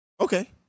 Okay